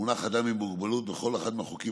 והמונח 'אדם עם מוגבלות' בכל אחד מהחוקים